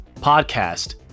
podcast